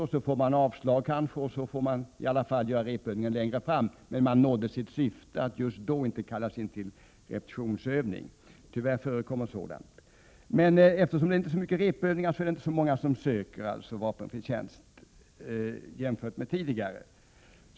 Det blir avslag på ansökan och man får göra repetitionsövningen senare i stället, men syftet att slippa göra den särskilda repetitionsövningen uppnåddes. Tyvärr förekommer sådant. Eftersom det inte är så många repetitionsövningar blir det inte heller så många som söker vapenfri tjänst jämfört med tidigare.